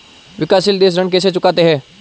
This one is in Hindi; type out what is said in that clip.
विकाशसील देश ऋण कैसे चुकाते हैं?